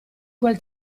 quel